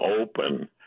open